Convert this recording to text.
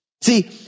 See